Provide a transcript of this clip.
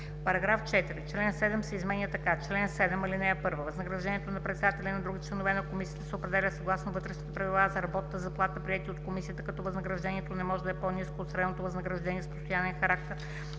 „§ 4. Член 7 се изменя така: „Чл. 7. (1) Възнаграждението на председателя и на другите членове на комисията се определя съгласно вътрешни правила за работната заплата, приети от комисията, като възнаграждението не може да е по-ниско от средното възнаграждение с постоянен характер